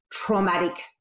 traumatic